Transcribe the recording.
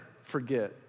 forget